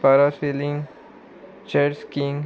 parasailing चॅस्कींग